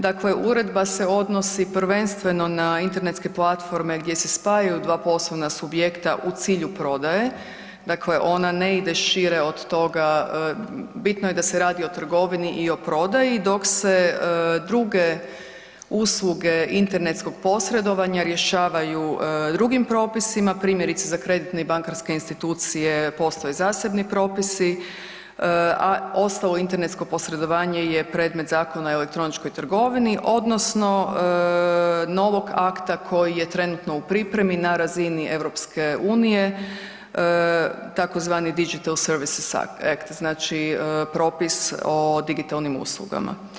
Dakle uredba se odnosi prvenstveno na internetske platforme gdje se spajaju dva poslovna subjekta u cilju prodaje, dakle ona ne ide šire od toga, bitno je da se radi i o prodaji, dok se druge usluge internetskog posredovanja rješavaju drugim propisima, primjerice za kreditne i bankarske institucije postoje zasebni propisi, a ostalo internetsko posredovanje je predmet Zakona o elektroničkoj trgovini odnosno novog akta koji je trenutno u pripremi na razini EU tzv. … [[Govornik se ne razumije]] znači Propis o digitalnim uslugama.